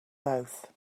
both